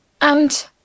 And